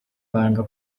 banga